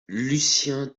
lucien